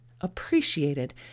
appreciated